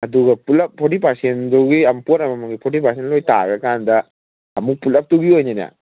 ꯑꯗꯨꯒ ꯄꯨꯂꯞ ꯐꯣꯔꯇꯤ ꯄꯔꯁꯦꯟꯗꯨꯒꯤ ꯄꯣꯠ ꯑꯃꯃꯝꯒꯤ ꯐꯣꯔꯇꯤ ꯄꯔꯁꯦꯟ ꯂꯣꯏ ꯇꯥꯔꯀꯥꯟꯗ ꯑꯃꯨꯛ ꯄꯨꯂꯞꯇꯨꯒꯤ ꯑꯣꯏꯅꯅꯦ